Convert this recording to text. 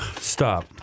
Stop